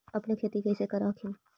अपने खेती कैसे कर हखिन?